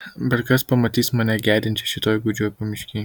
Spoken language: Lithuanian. bet kas matys mane gedinčią šitoj gūdžioj pamiškėj